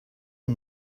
and